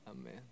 Amen